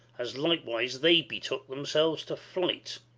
as likewise they betook themselves to flight,